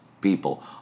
people